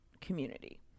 community